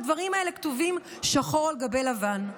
והדברים האלה כתובים שחור על גבי לבן.